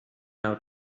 out